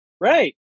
Right